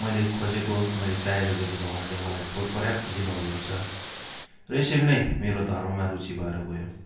मैले खोजेको मैले चाहेको जति भगवान्ले मलाई पर्याप्त दिनुभएको छ र यसरी नै मेरो धर्ममा रुचि भएर गयो